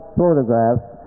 photographs